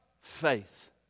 faith